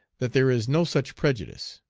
that there is no such prejudice.